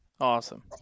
Awesome